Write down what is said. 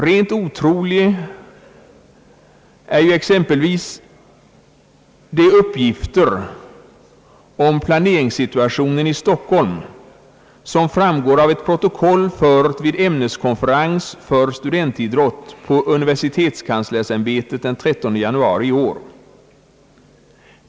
Rent otrolig är exempelvis den uppgift om planeringssituationen i Stockholm som framgår av ett protokoll fört vid ämneskonferens för studentidrott på universitetskanslersämbetet den 13 januari i år.